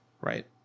Right